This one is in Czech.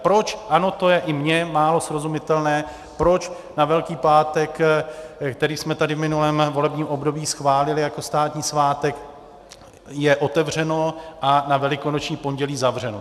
Proč, ano, to je i mně málo srozumitelné, proč na Velký pátek, který jsme tady v minulém volebním období schválili jako státní svátek, je otevřeno a na Velikonoční pondělí zavřeno?